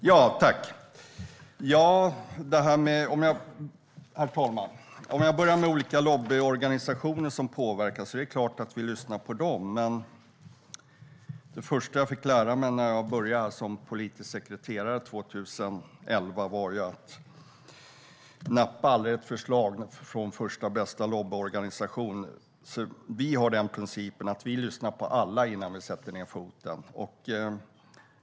Herr talman! Jag börjar med frågan om olika lobbyorganisationer som påverkar. Det är klart att vi lyssnar på dem. Men det första jag fick lära mig när jag började som politisk sekreterare 2011 var att man aldrig ska nappa ett förslag från första bästa lobbyorganisation. Vi har principen att vi lyssnar på alla innan vi sätter ned foten.